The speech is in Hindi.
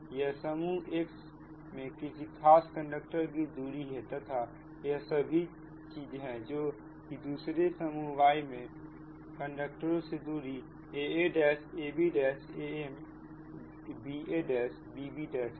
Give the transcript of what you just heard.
यह समूह X मे किसी खास कंडक्टर की दूरी है तथा यह सभी चीज है जो कि दूसरे समूह Y में कंडक्टरो से दूरी a a a b a m b a b b है